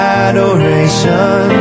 adoration